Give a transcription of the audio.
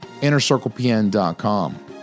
innercirclepn.com